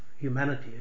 Humanity